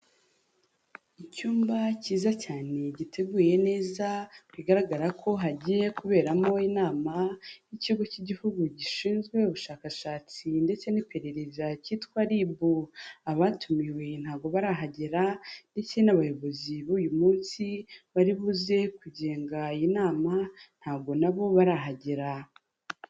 Icyumba cyiza cyane giteguye neza, bigaragara ko hagiye kuberamo inama y'Ikigo cy'Igihugu gishinzwe ubushakashatsi ndetse n'iperereza cyitwa RIB. Abatumiwe ntabwo barahagera ndetse n'abayobozi b'uyu munsi bari buze kugenga iyi nama ntabwo na bo barahagera.